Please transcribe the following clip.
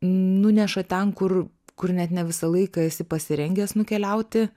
nuneša ten kur kur net ne visą laiką esi pasirengęs nukeliauti